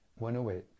108